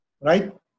right